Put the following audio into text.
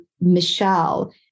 Michelle